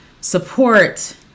support